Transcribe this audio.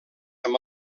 amb